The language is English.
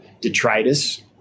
detritus